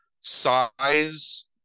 size